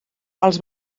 els